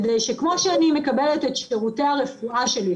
כדי שכמו שאני מקבלת את שירותי הרפואה שלי,